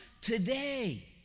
today